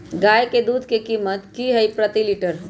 गाय के दूध के कीमत की हई प्रति लिटर?